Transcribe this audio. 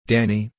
Danny